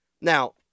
Now